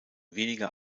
weniger